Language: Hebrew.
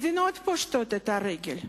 מדינות פושטות את הרגל.